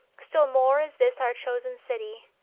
still more is this our chosen city,